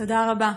תודה רבה.